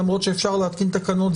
למרות שאפשר להתקין תקנות,